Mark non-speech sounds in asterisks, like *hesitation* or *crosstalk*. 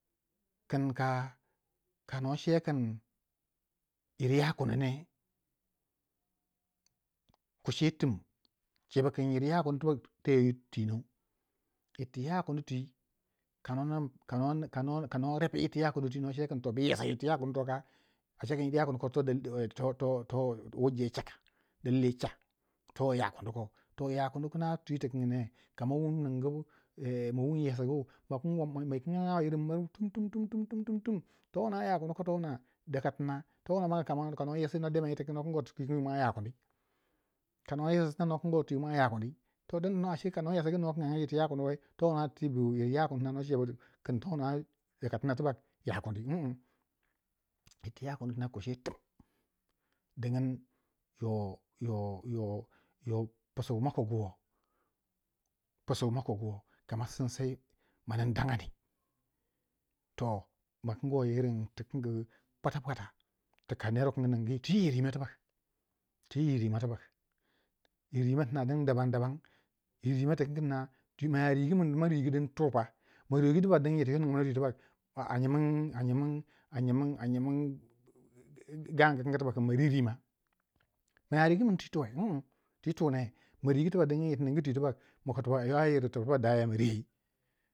kin kano cekin yir yakuni ne kuci ye tum cebu kin yir yakuni teye twino yittti yakuni twi ka- no repi yirti yakuni twi np cewe kin bu yesa yir ti yakuni to ka a cekin yir yakuni ko wurja ya caka, dalili yo cha to wo yakuni ko, yakuni kna twi yitti kingi ne, kama wung yesgu ma kingaga wai yiring tumtum to wuna yakuni ko daka tina to wuna mang kano yesi yittikingi ni kingoi yitti kingi yakuni kano yes tina mwa no kingoi to wi yakuni, to ding tono ace kano yesgu no kingu yirti yakuni ne to wo ma nwo cewei kin towuna ya kuni, yirti yakuni tina kuci yo tum dingin yo psiu wu ma kogu wo kama sinsei ma ning dangani toh makingwai yiring pwatapwata tu kaner wukun ningu ti yirrimai tibak, yir rimai tina dun dabam dabam yir rimai tikingi tina maya rigu ding tu pa marigi tibak ding yir tu no ninga twi tibak a nyimin gangu kiki tibak kin ma ririma, maya rigu min ti tuwe *hesitation* ti tu ne marigu tibak dingin itti nngu twi tibak mako a ywa yir ti ma daya ma riyo